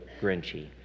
Grinchy